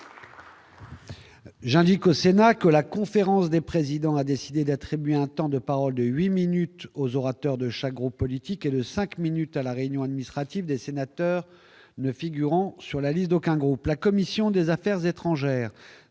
J'indique au Sénat que la conférence des présidents a décidé d'attribuer un temps de parole de 8 minutes aux orateurs de chaque groupe politique et de 5 minutes à la réunion administrative des sénateurs ne figurant sur la liste d'aucun groupe, la commission des Affaires étrangères